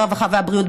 הרווחה והבריאות,